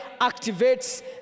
activates